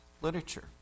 literature